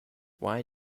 why